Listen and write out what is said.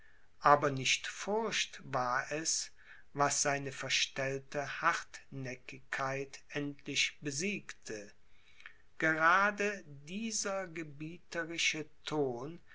aber nicht furcht war es was seine verstellte hartnäckigkeit endlich besiegte gerade dieser gebieterische ton